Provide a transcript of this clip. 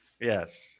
yes